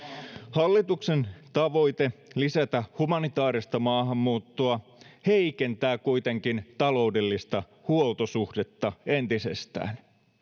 hallituksen tavoite lisätä humanitaarista maahanmuuttoa heikentää kuitenkin taloudellista huoltosuhdetta entisestään